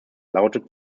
lautet